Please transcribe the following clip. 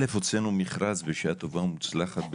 א', הוצאנו מכרז בשעה טובה ומוצלחת.